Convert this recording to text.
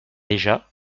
déjà